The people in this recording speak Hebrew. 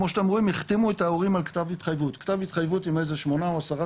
כמו שאתם רואים החתימו את ההורים לכתב התחייבות עם שמונה או עשרה